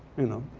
you know.